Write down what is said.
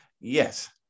Yes